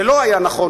זה לא היה נכון",